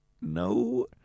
no